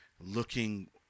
looking